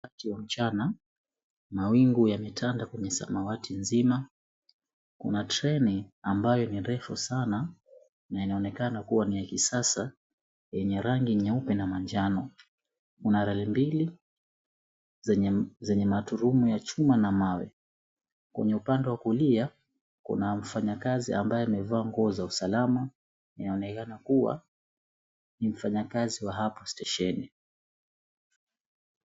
Wakati wa mchana, mawingu yametanda kwenye samawati nzima, kuna treni ambayo ni refu sana na inaonekana kuwa ni ya kisasa yenye rangi nyeupe na manjano. Kuna reli mbili zenye maturumu ya chuma na mawe. Kwenye upande wa kulia, kuna mfanyakazi ambaye amevaa nguo za usalama, inaonekana kuwa ni mfanyakazi wa hapo stesheni.